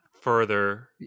further